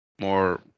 more